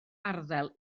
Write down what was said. arddel